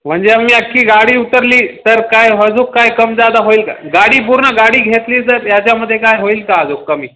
म्हणजे आम्ही अख्खी गाडी उचलली तर काय अजूक काय कम जादा होईल का गाडी पूर्ण गाडी घेतली तर याच्यामध्ये काय होईल का अजूक कमी